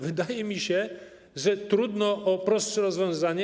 Wydaje mi się, że trudno o prostsze rozwiązanie.